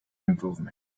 improvement